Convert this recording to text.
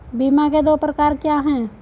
बीमा के दो प्रकार क्या हैं?